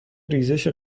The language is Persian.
ریزش